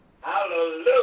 Hallelujah